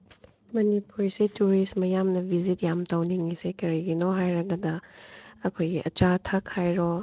ꯃꯅꯤꯄꯨꯔꯁꯦ ꯇꯨꯔꯤꯁ ꯃꯌꯥꯝꯅ ꯕꯤꯖꯤꯠ ꯌꯥꯝ ꯇꯧꯅꯤꯡꯉꯤꯁꯦ ꯀꯔꯤꯒꯤꯅꯣ ꯍꯥꯏꯔꯒꯗ ꯑꯩꯈꯣꯏꯒꯤ ꯑꯆꯥ ꯑꯊꯛ ꯍꯥꯏꯔꯣ